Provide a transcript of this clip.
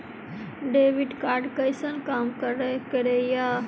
Debit card कैसन काम करेया?